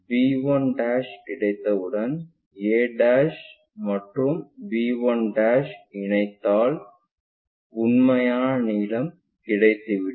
b 1 கிடைத்தவுடன் a மற்றும் b 1 இனைத்தால் உண்மையான நீளம் கிடைத்துவிடும்